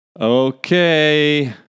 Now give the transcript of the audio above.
Okay